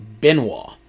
Benoit